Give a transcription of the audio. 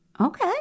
Okay